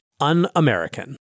Un-American